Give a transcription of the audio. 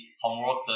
homework